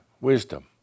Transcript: wisdom